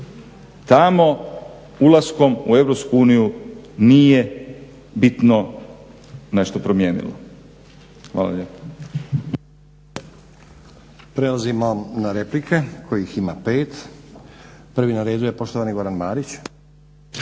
Europsku uniju nije bitno nešto promijenilo. Hvala lijepo.